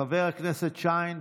חס וחלילה.